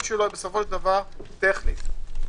שמהותו טכנית.